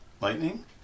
lightning